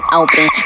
open